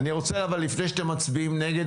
לפני שאתם מצביעים נגד,